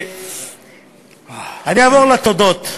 אני אעבור לתודות.